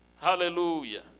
hallelujah